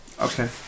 Okay